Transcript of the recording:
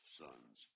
sons